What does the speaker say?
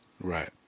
right